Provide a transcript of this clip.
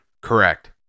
Correct